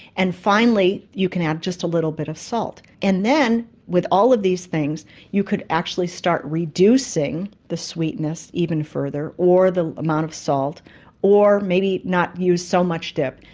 and finally you can add just a little bit of salt. and then with all of these things you could actually start reducing the sweetness even further or the amount of salt or maybe not use so much dip.